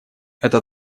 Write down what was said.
это